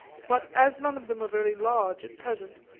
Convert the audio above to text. but as none of them are very large at present,